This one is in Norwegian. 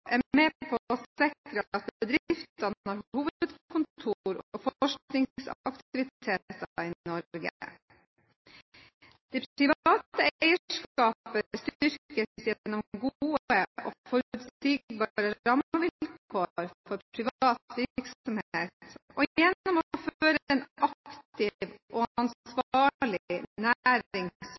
er med på å sikre at bedriftene har hovedkontor og forskningsaktiviteter i Norge. Det private eierskapet styrkes gjennom gode og forutsigbare rammevilkår for privat virksomhet og gjennom å føre en aktiv og